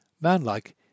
Manlike